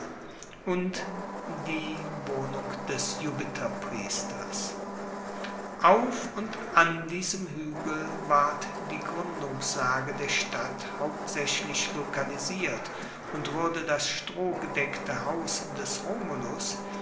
und die wohnung des jupiterpriesters auf und an diesem huegel ward die gruendungssage der stadt hauptsaechlich lokalisiert und wurde das strohgedeckte haus des romulus